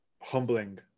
humbling